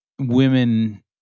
women